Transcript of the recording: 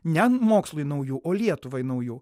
ne mokslui naujų o lietuvai naujų